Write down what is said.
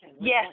Yes